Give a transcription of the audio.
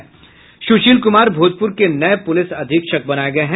सुशील कुमार भोजपूर के नये पूलिस अधीक्षक बनाये गये हैं